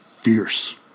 fierce